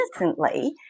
innocently